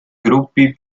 gruppi